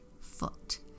foot